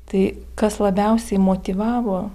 tai kas labiausiai motyvavo